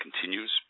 continues